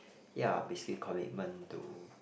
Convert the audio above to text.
ya basically commitment to